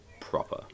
proper